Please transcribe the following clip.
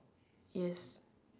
yes